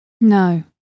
No